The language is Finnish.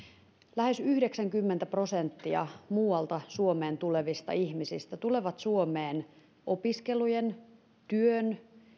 lähes yhdeksänkymmentä prosenttia muualta suomeen tulevista ihmisistä tulee suomeen opiskelujen työn